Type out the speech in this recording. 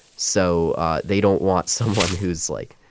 so they don't want someone who's, like,